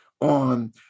on